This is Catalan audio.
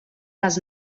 les